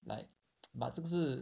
like but 这个是